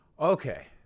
Okay